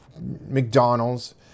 McDonald's